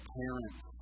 parents